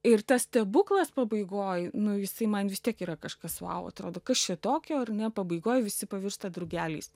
ir tas stebuklas pabaigoj nu jisai man vis tiek yra kažkas vau atrodo kas čia tokio ar ne pabaigoj visi pavirsta drugeliais